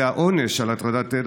והעונש על הטרדת עד,